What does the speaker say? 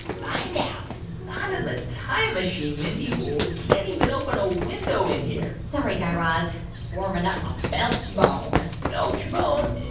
find out not in the like time machine, mindy. we can't even open a window in here sorry, guy raz. just warming up my belch bone belch bone?